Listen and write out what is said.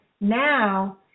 now